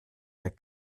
der